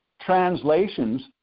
translations